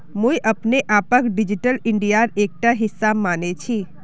मुई अपने आपक डिजिटल इंडियार एकटा हिस्सा माने छि